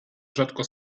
rzadko